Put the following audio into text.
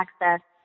access